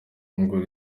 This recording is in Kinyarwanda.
ngo